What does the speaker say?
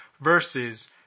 versus